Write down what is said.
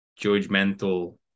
judgmental